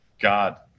God